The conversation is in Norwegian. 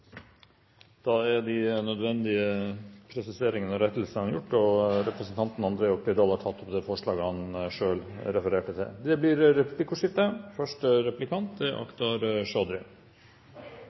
Da er de nødvendige presiseringene og rettelsene gjort, og representanten André Oktay Dahl har tatt opp det forslaget han refererte til. Det blir replikkordskifte. Elektronisk soning er